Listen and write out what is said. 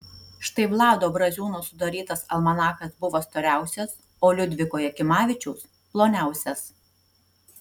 štai vlado braziūno sudarytas almanachas buvo storiausias o liudviko jakimavičiaus ploniausias